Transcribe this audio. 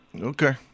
Okay